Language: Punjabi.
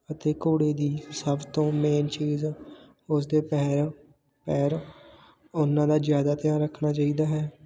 ਅਤੇ ਘੋੜੇ ਦੀ ਸਭ ਤੋਂ ਮੇਨ ਚੀਜ਼ ਉਸ ਦੇ ਪੈਰ ਪੈਰ ਉਹਨਾਂ ਦਾ ਜ਼ਿਆਦਾ ਧਿਆਨ ਰੱਖਣਾ ਚਾਹੀਦਾ ਹੈ